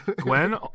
gwen